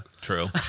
True